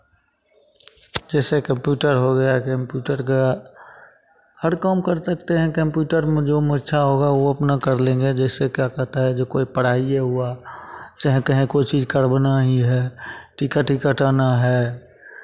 जैसे कंप्यूटर हो गया कंप्यूटर का हर काम कर सकते हैं कंप्यूटर में जो इच्छा होगा वो अपना कर लेंगे जैसे क्या कहता है जो कोई पढ़ाइए हुआ चाहें कहीं कोई चीज़ करवाना ही है टिकट ही कटाना है